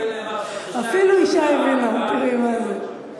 אפילו אישה הבינה, תראי מה זה.